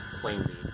plainly